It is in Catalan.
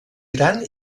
gran